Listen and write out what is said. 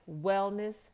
wellness